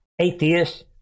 atheist